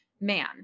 man